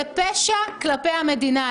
זה פשע כלפי המדינה.